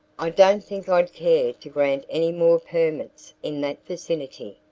i don't think i'd care to grant any more permits in that vicinity,